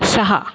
सहा